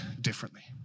differently